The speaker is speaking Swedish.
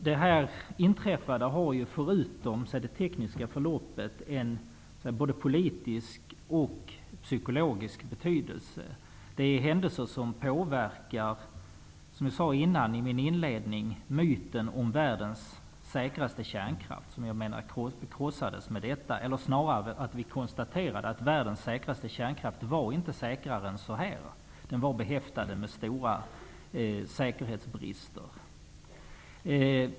Det inträffade har förutom det tekniska förloppet både en politisk och en psykologisk betydelse. Det är händelser som påverkar myten om världen säkraste kärnkraft, som jag sade i min inledning. Den krossades med detta. Vi konstaterade att världens säkraste kärnkraft var inte säkrare än så här. Den var behäftad med stora säkerhetsbrister.